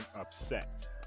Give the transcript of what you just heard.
upset